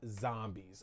zombies